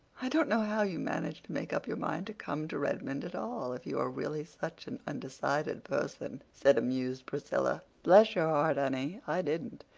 i don't know how you managed to make up your mind to come to redmond at all, if you are really such an undecided person, said amused priscilla. bless your heart, honey, i didn't.